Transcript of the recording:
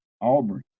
Auburn